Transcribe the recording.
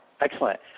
Excellent